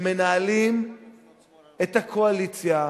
שמנהלים את הקואליציה,